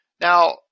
Now